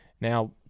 Now